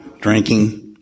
drinking